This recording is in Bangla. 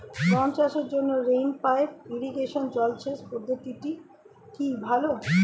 গম চাষের জন্য রেইন পাইপ ইরিগেশন জলসেচ পদ্ধতিটি কি ভালো?